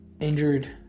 injured